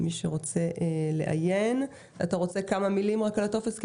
אתה רוצה לומר כמה מילים לגבי הטופס?